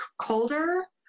colder